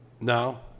No